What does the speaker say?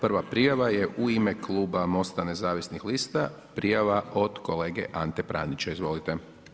Prva prijava je u ime klub MOST-a nezavisnih lista, prijava od kolege Ante Pranića, izvolite.